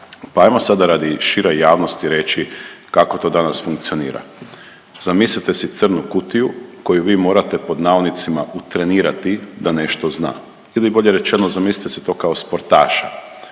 Pa ajmo sada radi šire javnosti reći kako to danas funkcionira. Zamislite si crnu kutiju koju vi morate „utrenirati“ da nešto zna ili bolje rečeno zamislite si to kao sportaša